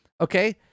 okay